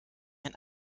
ein